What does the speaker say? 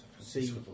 see